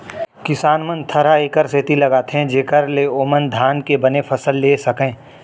किसान मन थरहा एकर सेती लगाथें जेकर ले ओमन धान के बने फसल लेय सकयँ